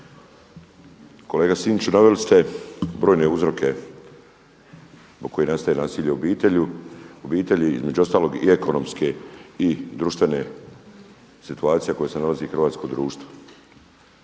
Kolega Sinčiću naveli ste brojne uzroke zbog kojih nastaje nasilje u obitelji, između ostalog i ekonomske i društvene situacije u kojoj se nalazi hrvatsko društvo.